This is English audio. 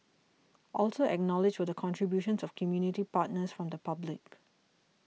also acknowledged were the contributions of community partners from the public